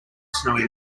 snowy